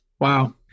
Wow